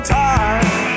time